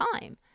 time